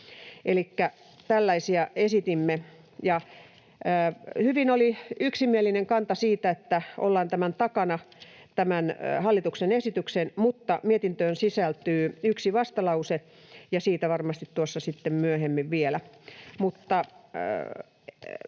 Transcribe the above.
tällaisia esitimme, ja hyvin oli yksimielinen kanta siitä, että ollaan tämän hallituksen esityksen takana, mutta mietintöön sisältyy yksi vastalause, ja siitä varmasti tuossa sitten